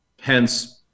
Hence